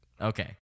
Okay